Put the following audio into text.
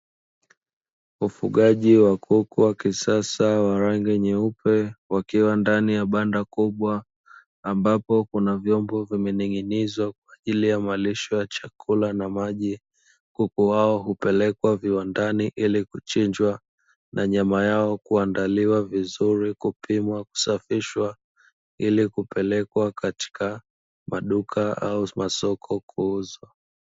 Ufugaji wa kuku wa kisasa wa rangi nyeupe wakiwa ndani ya banda kubwa ambapo kuna vyombo vimening'inizwa kwa ajili ya malisho ya chakula na maji, kuku hao hupelekwa viwandani ili kuchinjwa na nyama yao kuandaliwa vizuri kupimwa kusafishwa, ili kupelekwa katika maduka au masoko kuuzwa.